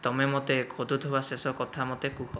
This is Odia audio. ତୁମେ ମୋତେ ଖୋଜୁଥିବା ଶେଷ କଥା ମୋତେ କୁହ